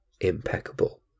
impeccable